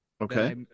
okay